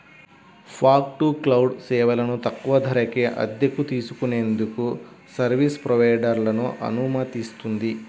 fog to cloud సేవలను తక్కువ ధరకే అద్దెకు తీసుకునేందుకు సర్వీస్ ప్రొవైడర్లను అనుమతిస్తుంది